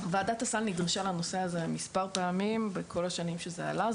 וועדת הסל נדרשה לנושא הזה מספר פעמים בכל השנים שזה עלה.